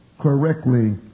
correctly